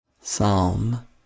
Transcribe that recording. Psalm